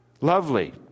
Lovely